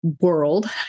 world